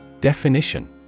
Definition